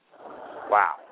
wow